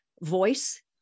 voice